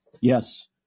Yes